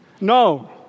No